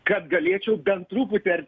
kad galėčiau bent truputį ar